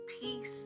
peace